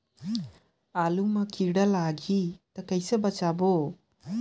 आलू मां कीड़ा लाही ता कइसे बचाबो?